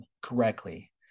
correctly